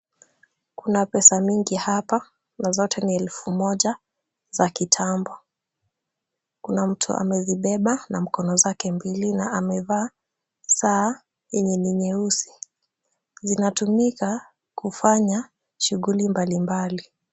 Kuna pesa mingi hapa na zote ni elfu moja za kitambo. Kuna mtu amezibeba na mikono yake mbili na amevaa saa yenye ni nyeusi. Zinatumika kufanya shughuli mbalimbali.